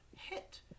hit